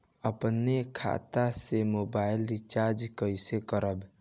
अपने खाता से मोबाइल रिचार्ज कैसे करब?